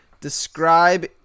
describe